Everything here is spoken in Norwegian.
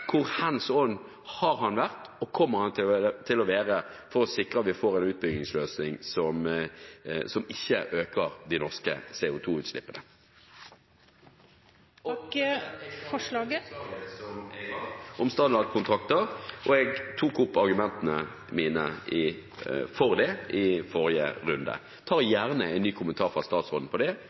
være for å sikre at vi får en utbyggingsløsning som ikke øker de norske CO 2 -utslippene. Jeg tar opp forslaget fra Sosialistisk Venstreparti om standardkontrakter, jeg argumenterte for det i forrige runde. Jeg mottar gjerne en ny kommentar fra statsråden på det